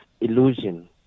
illusion